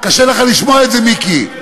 קשה לך לשמוע את זה, מיקי.